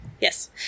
Yes